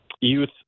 youth